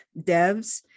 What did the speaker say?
devs